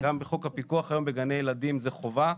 גם בחוק הפיקוח היום בגני הילדים זה חובה.